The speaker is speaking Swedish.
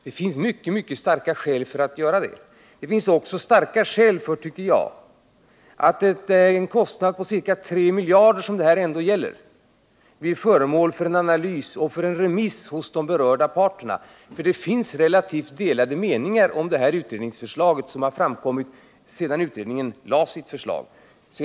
Det finns mycket starka skäl för att göra det. Det finns också, tycker jag, starka skäl för att ett förslag som kostar 3 miljarder, som det här gör, blir föremål för analys och remiss till de berörda parterna. Sedan utredningen framlade sitt förslag har det nämligen framkommit relativt delade meningar om förslaget.